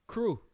Crew